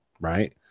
right